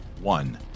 one